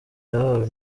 yahawe